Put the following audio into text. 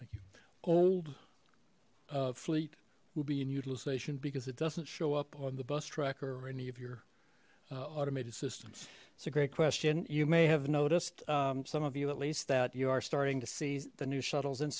you old fleet will be in utilization because it doesn't show up on the bus tracker or any of your automated systems it's a great question you may have noticed some of you at least that you are starting to see the new shuttles in